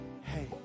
hey